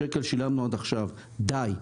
שילמנו עד עכשיו כ-300 מיליון ₪ די.